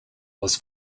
was